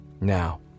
now